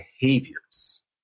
behaviors